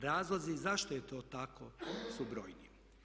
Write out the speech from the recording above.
Razlozi zašto je to tako su brojni.